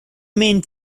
main